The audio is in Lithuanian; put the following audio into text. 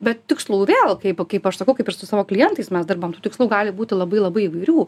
bet tikslų vėl kaip kaip aš sakau kaip ir su savo klientais mes dirbam tų tikslų gali būti labai labai įvairių